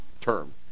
term